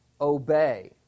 obey